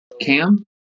Cam